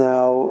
Now